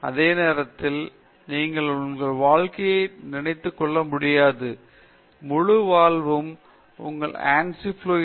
அதே நேரத்தில் நீங்கள் உங்கள் வாழ்க்கையை நினைத்து கொள்ள முடியாது முழு வாழ்வும் நீங்கள் Ansys Fluent போன்ற சில மென்பொருள் வேலை